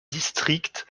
district